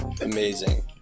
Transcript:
amazing